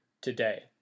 today